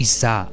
Isa